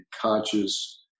conscious